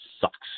sucks